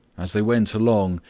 as they went along,